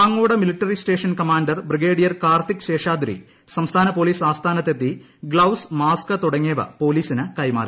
Pangode military station commander brigadier Karthik Seshadri സംസ്ഥാന police ആസ്ഥാനത്ത് എത്തി ഗ്ലൌസ് മാസ്ക് തുടങ്ങിയവ പോലീസിന് കൈമാറി